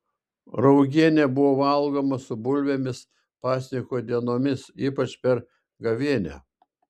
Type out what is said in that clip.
raugienė buvo valgoma su bulvėmis pasninko dienomis ypač per gavėnią